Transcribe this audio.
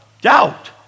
Doubt